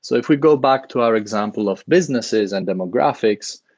so if we go back to our example of businesses and demographics,